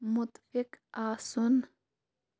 مُتفِق آسُن